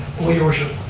your worship.